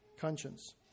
conscience